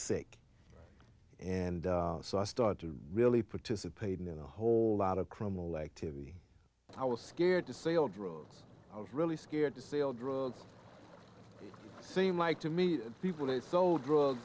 sick and so i started to really participate in a whole lot of criminal activity i was scared to say all drugs i was really scared to say all drugs seem like to me people they sold drugs